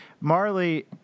Marley